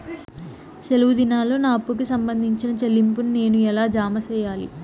సెలవు దినాల్లో నా అప్పుకి సంబంధించిన చెల్లింపులు నేను ఎలా జామ సెయ్యాలి?